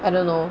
I don't know